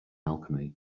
alchemy